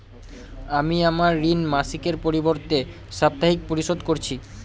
আমি আমার ঋণ মাসিকের পরিবর্তে সাপ্তাহিক পরিশোধ করছি